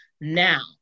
Now